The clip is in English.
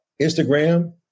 Instagram